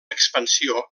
expansió